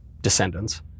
descendants